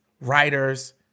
writers